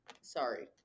sorry